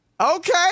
Okay